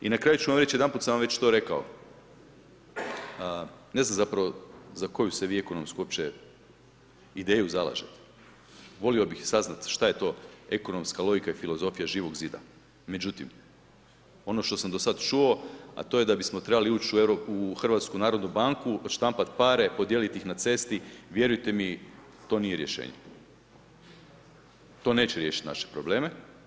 I na kraju ću vam reći, jedanput sam vam već to rekao, ne znam za koju se vi ekonomsku upravo uopće ideju zalažete, volio bih saznati šta je to ekonomska logika i filozofija Živog zida, međutim ono što sam do sada čuo, a to je da bismo trebali ući u HNB odštampat pare, podijeliti ih na cesti, vjerujte mi to nije rješenje, to neće riješiti naše probleme.